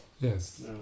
Yes